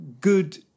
good